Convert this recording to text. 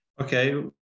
Okay